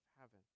heaven